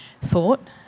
thought